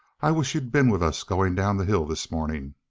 i wish you'd been with us going down the hill this morning!